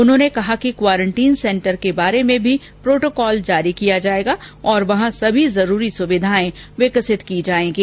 उन्होंने कहा कि क्वारंटीन सेंटर के बॉरे में भी प्रोटोकॉल जारी किया जाएगा और वहां सभी जरूरी सुविधाएं विकसित की जाएंगी